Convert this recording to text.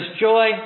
joy